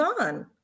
on